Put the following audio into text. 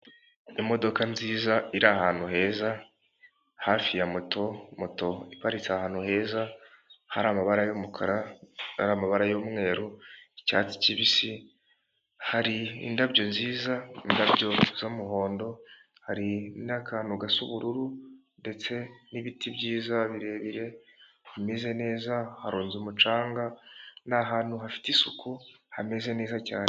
Imodoka nziza iri ahantu heza hafi ya moto, moto iparitse ahantu heza hari amabara yumukara hari amabara yumweru icyatsi kibisi hari indabyo nziza indabyo z'umuhondo hari n'akantu gato k'ubururu ndetse n'ibiti byiza birebire bimeze neza haronnze umucanga n'ahantu hafite isuku hameze neza cyane.